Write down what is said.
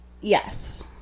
Yes